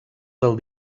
del